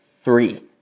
three